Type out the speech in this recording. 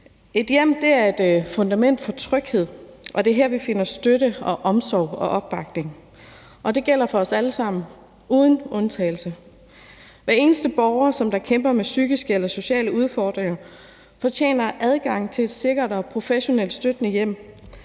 Et hjem er et fundament for tryghed, og det er her, vi finder støtte, omsorg og opbakning. Det gælder for os alle sammen, uden undtagelse. Hver eneste borger, som kæmper med psykiske eller sociale udfordringer, fortjener adgang til et sikkert og professionelt støttende hjem.